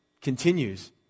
continues